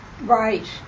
Right